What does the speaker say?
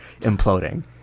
imploding